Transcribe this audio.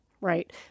Right